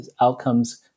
outcomes